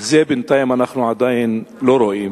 את זה בינתיים אנחנו עדיין לא רואים.